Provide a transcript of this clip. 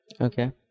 Okay